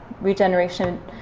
regeneration